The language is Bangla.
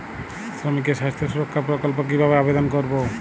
শ্রমিকের স্বাস্থ্য সুরক্ষা প্রকল্প কিভাবে আবেদন করবো?